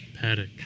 Paddock